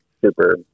super